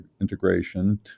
integration